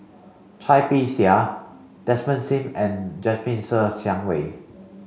Cai Bixia Desmond Sim and Jasmine Ser Xiang Wei